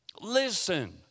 listen